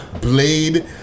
Blade